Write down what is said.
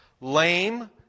Lame